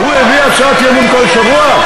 הוא הביא הצעת אי-אמון כל שבוע?